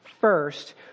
first